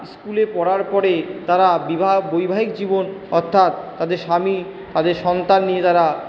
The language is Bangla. স্কুলে পড়ার পরে তারা বিবাহ বৈবাহিক জীবন অর্থাৎ তাদের স্বামী তাদের সন্তান নিয়ে তারা